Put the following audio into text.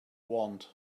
want